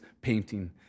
painting